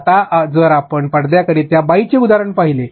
आता जर आपण पडद्यावर त्या बाईचे उदाहरण पाहीले